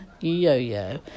yo-yo